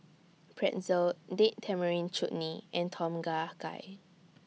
Pretzel Date Tamarind Chutney and Tom Kha Gai